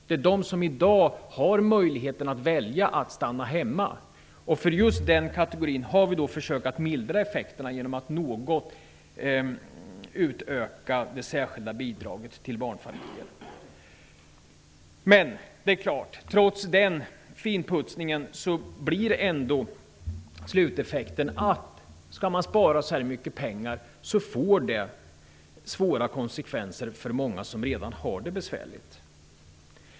Det är de som i dag har möjligheten att välja att stanna hemma. För just den kategorin har vi försökt att mildra effekterna genom att något utöka det särskilda bidraget till barnfamiljerna. Trots denna finsputsning blir ändå sluteffekten av att man måste spara så här mycket pengar att det får svåra konsekvenser för många som redan har det besvärligt.